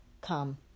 Come